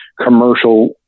commercial